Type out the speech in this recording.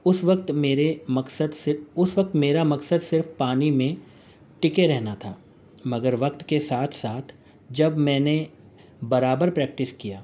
اس وقت میرے مقصد صرف اس وقت میرا مقصد صرف پانی میں ٹکے رہنا تھا مگر وقت کے ساتھ ساتھ جب میں نے برابر پریکٹس کیا